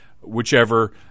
whichever